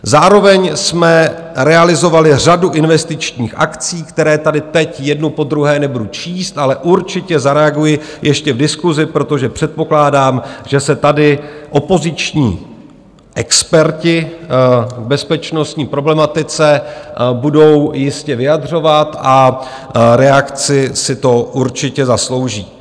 Zároveň jsme realizovali řadu investičních akcí, které tady teď jednu po druhé nebudu číst, ale určitě zareaguji ještě v diskusi, protože předpokládám, že se tady opoziční experti v bezpečnostní problematice budou jistě vyjadřovat, a reakci si to určitě zaslouží.